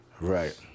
Right